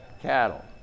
cattle